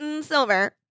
silver